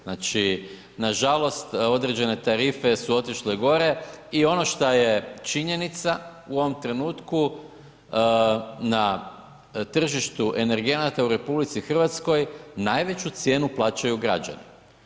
Znači, nažalost, određene tarife su otišle gore i ono što je činjenica u ovom trenutku, na tržištu energenata u RH najveću cijenu plaćaju građani.